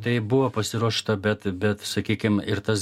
taip buvo pasiruošta bet bet sakykim ir tas